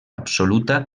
absoluta